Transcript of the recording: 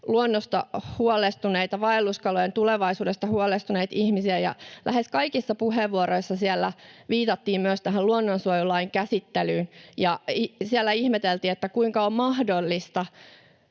luonnosta huolestuneita, vaelluskalojen tulevaisuudesta huolestuneita ihmisiä, ja lähes kaikissa puheenvuoroissa siellä viitattiin myös tähän luonnonsuojelulain käsittelyyn. Ja siellä ihmeteltiin, kuinka on mahdollista,